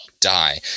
die